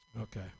Okay